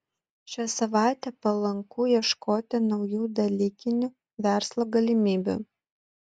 šią savaitę palanku ieškoti naujų dalykinių verslo galimybių